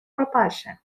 propulsion